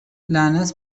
لعنت